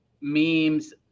memes